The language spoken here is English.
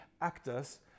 actors